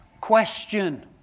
Question